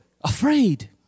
afraid